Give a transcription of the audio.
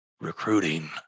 recruiting